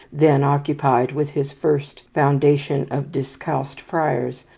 then occupied with his first foundation of discalced friars,